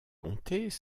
comtés